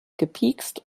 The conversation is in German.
gepikst